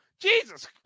Jesus